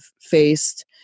faced